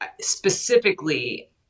specifically